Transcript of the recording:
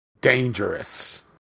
dangerous